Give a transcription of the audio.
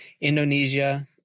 Indonesia